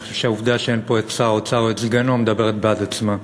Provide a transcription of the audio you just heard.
אני חושב שהעובדה ששר האוצר או סגנו אינו פה מדברת בעד עצמה.